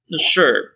Sure